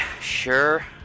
sure